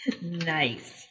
Nice